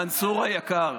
מנסור היקר,